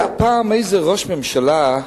היה פעם איזה ראש ממשלה,